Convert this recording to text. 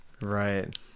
Right